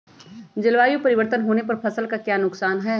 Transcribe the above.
जलवायु परिवर्तन होने पर फसल का क्या नुकसान है?